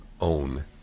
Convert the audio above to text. own